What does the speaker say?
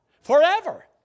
Forever